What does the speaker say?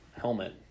helmet